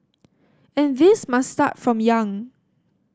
and this must start from young